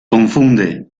confunde